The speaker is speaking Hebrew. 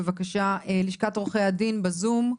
בבקשה, לשכת עורכי הדין בזום,